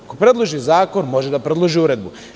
Ako predloži zakon, može da predloži i uredbu.